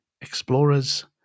explorers